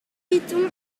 pitons